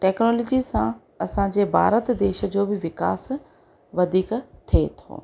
technology सां असांजे भारत देश जो बि विकास वधीक थिए थो